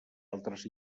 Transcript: altres